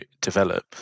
develop